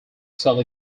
sell